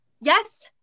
yes